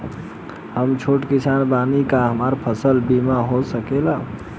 हम छोट किसान बानी का हमरा फसल बीमा हो सकेला?